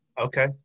Okay